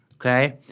okay